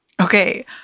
Okay